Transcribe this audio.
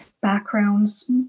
backgrounds